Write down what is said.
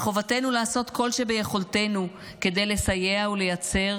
מחובתנו לעשות כל שביכולתנו כדי לסייע ולייצר